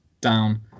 down